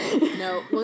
No